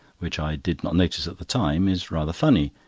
which i did not notice at the time, is rather funny.